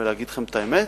ולהגיד לכם את האמת?